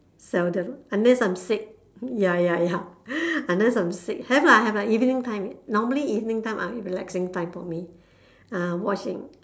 seldom unless I'm sick ya ya ya unless I'm sick have lah have lah evening time normally evening time is relaxing time for me ah watching